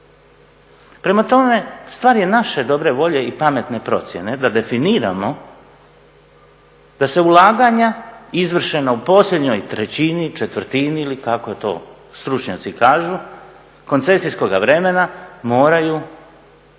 Prema tome, stvar je naše dobre volje i pametne procjene da definiramo da se ulaganja izvršena u posljednjoj trećini, četvrtini ili kako to stručnjaci kažu koncesijskoga vremena moraju refundirati